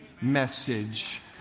message